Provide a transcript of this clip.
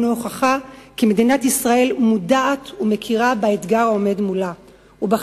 הינו הוכחה כי מדינת ישראל מודעת לאתגר העומד מולה ומכירה